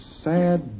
sad